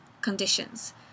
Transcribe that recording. conditions